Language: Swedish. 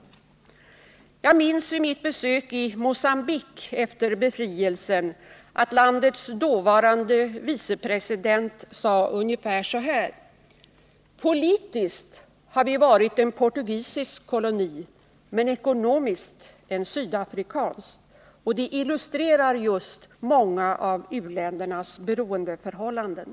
Jag minns från mitt besök i Mogambique efter befrielsen att landets dåvarande vicepresident sade ungefär så här: Politiskt Internationellt har vi varit en portugisisk koloni men ekonomiskt en sydafrikansk. Detta utvecklingssamaruttalande illustrerar just många av u-ländernas beroendeförhållanden.